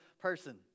person